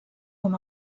com